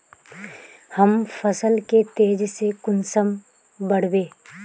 हम फसल के तेज से कुंसम बढ़बे?